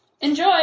Enjoy